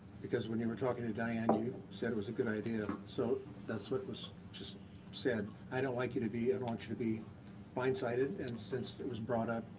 because when you were talking to diana you said it was a good idea. so that's what was just said. i don't like you to be, i don't want you to be blindsided. and since it was brought up,